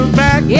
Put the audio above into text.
back